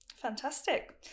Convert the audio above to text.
Fantastic